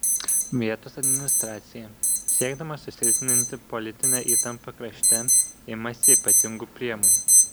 vietos administracija siekdama susilpninti politinę įtampą krašte imasi ypatingų priemonių